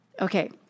Okay